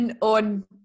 on